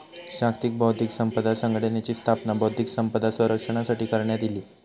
जागतिक बौध्दिक संपदा संघटनेची स्थापना बौध्दिक संपदा संरक्षणासाठी करण्यात इली